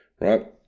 right